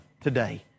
today